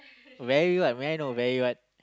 very what may I know very what